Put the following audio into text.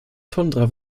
tundra